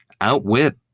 Outwit